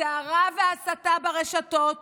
הסערה וההסתה ברשתות